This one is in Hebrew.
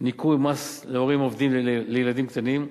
זיכוי במס לעובדים הורים לילדים קטנים.